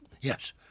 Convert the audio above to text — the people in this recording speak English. Yes